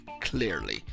clearly